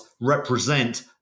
represent